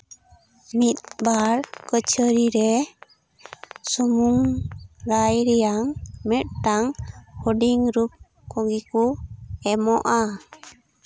ᱤᱫ ᱵᱟᱨ ᱠᱟᱹᱪᱷᱟᱹᱨᱤ ᱨᱮ ᱥᱩᱢᱩᱝ ᱨᱟᱭ ᱨᱮᱱᱟᱝ ᱢᱤᱫᱴᱟᱝ ᱦᱩᱰᱤᱧ ᱨᱩᱯ ᱠᱚᱜᱮ ᱠᱚ ᱮᱢᱚᱜᱼᱟ